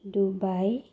Dubai